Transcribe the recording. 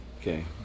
Okay